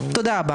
תודה.